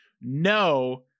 no